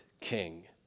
king